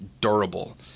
durable